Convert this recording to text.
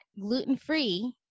gluten-free